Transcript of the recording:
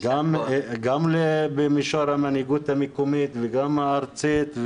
גם במישור המנהיגות המקומית והארצית,